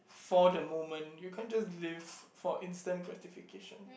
for the moment you can't just live for instant gratification